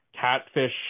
catfish